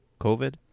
COVID